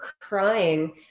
crying